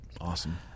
Awesome